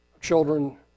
children